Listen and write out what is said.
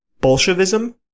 Bolshevism